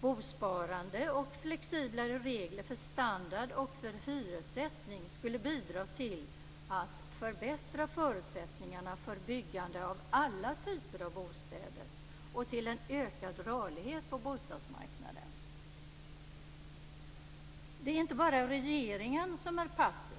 bosparande och flexibla regler för standard och för hyressättning skulle bidra till att förbättra förutsättningarna för byggande av alla typer av bostäder och till en ökad rörlighet på bostadsmarknaden. Det är inte bara regeringen som är passiv.